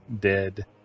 Dead